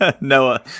Noah